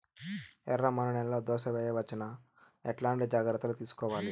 ఎర్రమన్ను నేలలో దోస వేయవచ్చునా? ఎట్లాంటి జాగ్రత్త లు తీసుకోవాలి?